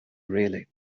really